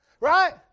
Right